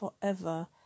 forever